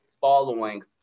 following